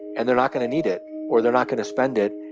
and they're not going to need it or they're not going to spend it.